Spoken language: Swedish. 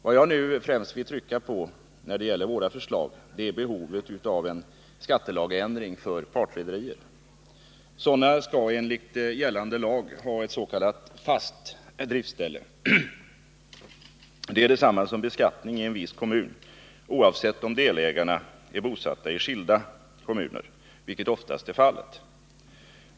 Vad jag nu främst vill trycka på när det gäller våra förslag är behovet av en skattelagsändring för partrederier. Sådana skall enligt gällande lag ha ett s.k. fast driftställe. Det är detsamma som beskattning i en viss kommun, oavsett om delägarna är bosatta i skilda kommuner, vilket oftast är fallet.